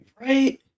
Right